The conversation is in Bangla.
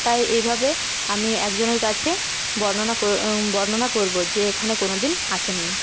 তাই এইভাবে আমি একজনের কাছে বর্ণনা বর্ণনা করবো যে এখানে কোনো দিন আসেন নি